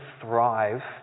thrive